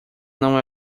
não